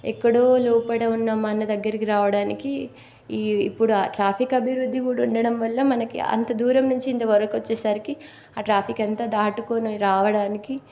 ఎక్కడో లోపల ఉన్న మన దగ్గరికి రావడానికి ఈ ఇప్పుడు ట్రాఫిక్ అభివృద్ధి కూడా ఉండడం వల్ల మనకి అంత దూరం నుంచి ఇంత వరకు వచ్చేసరికి ఆ ట్రాఫిక్ అంతా దాటుకొని రావడానికి